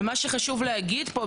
ומה שחשוב להגיד פה,